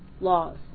laws